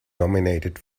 nominated